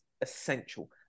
essential